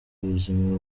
ubuzima